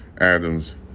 Adams